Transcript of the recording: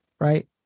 right